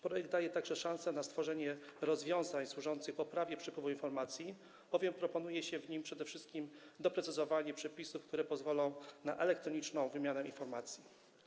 Projekt daje także szansę na stworzenie rozwiązań służących poprawie przepływu informacji, bowiem proponuje się w nim przede wszystkim doprecyzowanie przepisów, które pozwolą na elektroniczną wymianę informacji.